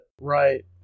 Right